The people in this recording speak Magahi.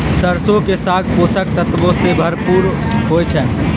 सरसों के साग पोषक तत्वों से भरपूर होई छई